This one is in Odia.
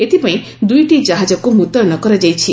ଏଥିପାଇଁ ଦୁଇଟି ଜାହାଜକୁ ମୁତୟନ କରାଯାଇଛି